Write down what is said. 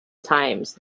times